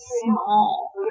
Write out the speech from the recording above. small